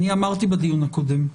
אני אמרתי בדיון הקודם,